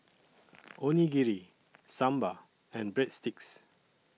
Onigiri Sambar and Breadsticks